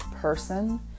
person